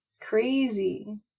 crazy